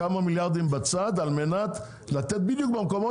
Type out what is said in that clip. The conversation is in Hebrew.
כמה מיליארדים בצד על מנת לתת בדיוק במקומות